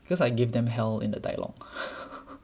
because I gave them hell in the dialogue